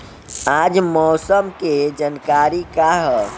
आज मौसम के जानकारी का ह?